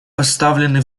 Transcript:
поставлены